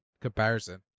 comparison